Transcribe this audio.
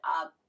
up